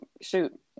shoot